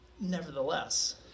Nevertheless